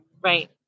Right